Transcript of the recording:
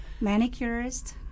manicurist